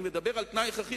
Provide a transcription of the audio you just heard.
אני מדבר על תנאי הכרחי,